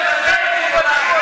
אני מציעה לך להמשיך בנאום.